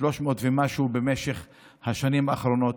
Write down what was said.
300 ומשהו במשך השנים האחרונות.